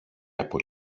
από